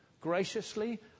graciously